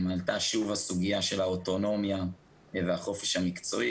עלתה שוב הסוגיה של האוטונומיה והחופש המקצועי,